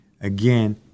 again